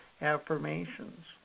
affirmations